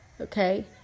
Okay